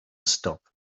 stop